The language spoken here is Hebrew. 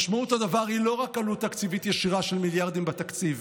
משמעות הדבר היא לא רק עלות תקציבית ישירה של מיליארדים בתקציב,